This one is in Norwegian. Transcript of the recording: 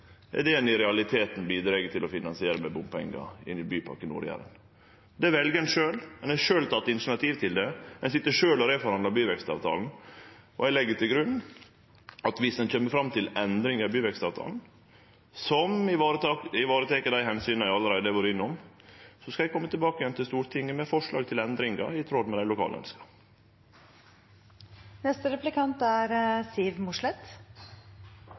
er det ein i realiteten bidreg til å finansiere med bompengar inn i Bymiljøpakken for Nord-Jæren. Det vel ein sjølv – ein har sjølv teke initiativ til det, ein sit sjølv og reforhandlar byvekstavtalen. Og eg legg til grunn at viss ein kjem fram til endringar i byvekstavtalen som varetek dei omsyna eg allereie har vore innom, skal eg kome tilbake til Stortinget med forslag til endringar i tråd med dei lokale